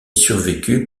survécu